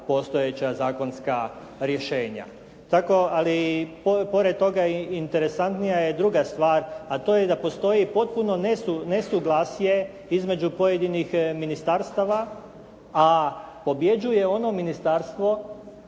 postojeća zakonska rješenja. Tako, ali pored toga interesantnija je druga stvar a to je da postoji i potpuno nesuglasje između pojedinih ministarstava a pobjeđuje ono ministarstvo